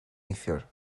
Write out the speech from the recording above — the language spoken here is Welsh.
neithiwr